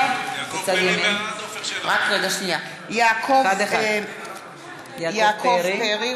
בעד יעקב פרי,